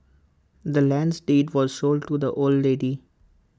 the land's deed was sold to the old lady